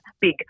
big